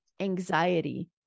anxiety